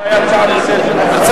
אולי הצעה נוספת.